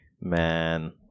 man